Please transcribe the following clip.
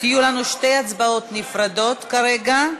יהיו לנו שתי הצבעות נפרדות כרגע.